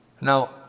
Now